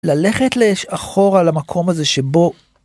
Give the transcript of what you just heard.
ללכת לאש אחורה למקום הזה שבו.